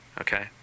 Okay